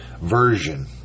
version